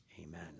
amen